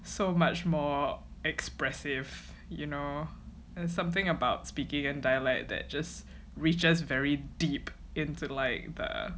so much more expressive you know there's something about speaking in dialect that just reaches very deep into like err